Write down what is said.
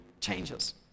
changes